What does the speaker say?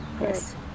Yes